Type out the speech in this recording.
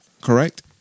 Correct